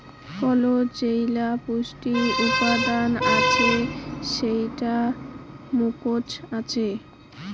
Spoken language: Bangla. কলাত যেইলা পুষ্টি উপাদান আছে সেইলা মুকোচত আছে